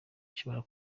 ishobora